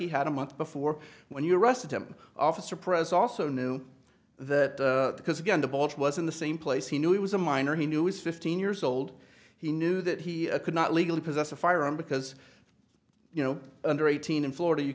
he had a month before when you arrested him officer pres also knew that because again the bolt was in the same place he knew it was a minor he knew is fifteen years old he knew that he could not legally possess a firearm because you know under eighteen in florida you